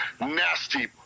nasty